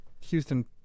Houston